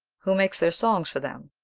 who makes their songs for them?